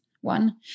one